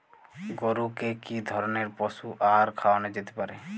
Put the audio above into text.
গরু কে কি ধরনের পশু আহার খাওয়ানো যেতে পারে?